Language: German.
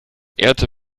ehrte